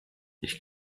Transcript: ich